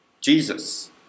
Jesus